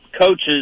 coaches